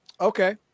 Okay